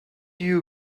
you